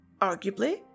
arguably